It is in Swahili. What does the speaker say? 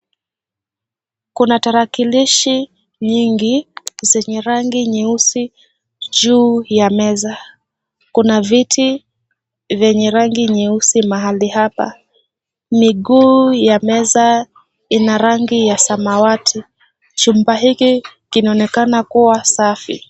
Kuna tarakilishi nyingi zenye rangi nyeusi juu ya meza. Kuna viti vyenye rangi nyeusi mahali hapa. Miguu ya meza ina rangi ya samawati. Chumba hiki kinaonekana kuwa safi.